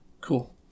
Cool